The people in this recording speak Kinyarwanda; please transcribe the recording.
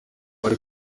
bari